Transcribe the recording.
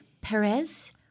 Perez